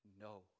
no